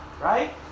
Right